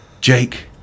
Jake